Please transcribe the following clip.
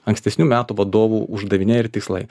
ankstesnių metų vadovų uždaviniai ir tikslai